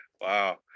wow